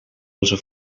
onze